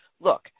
look